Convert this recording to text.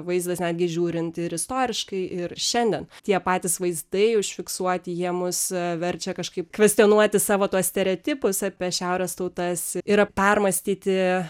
vaizdas netgi žiūrint ir istoriškai ir šiandien tie patys vaizdai užfiksuoti jie mus verčia kažkaip kvestionuoti savo tuos stereotipus apie šiaurės tautas ir permąstyti